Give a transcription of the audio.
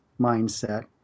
mindset